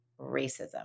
racism